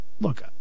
Look